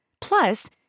Plus